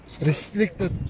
Restricted